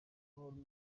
rumwe